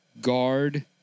Guard